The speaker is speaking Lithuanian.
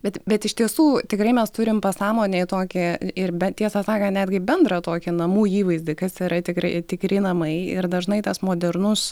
bet bet iš tiesų tikrai mes turim pasąmonėj tokį ir be tiesą sakant netgi bendrą tokį namų įvaizdį kas yra tikrai tikri namai ir dažnai tas modernus